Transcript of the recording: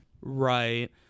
Right